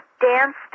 danced